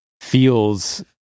feels